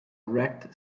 wrecked